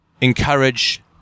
encourage